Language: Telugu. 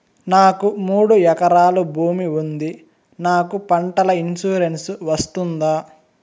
నాకు మూడు ఎకరాలు భూమి ఉంది నాకు పంటల ఇన్సూరెన్సు వస్తుందా?